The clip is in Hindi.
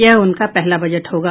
यह उनका पहला बजट होगा